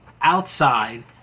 outside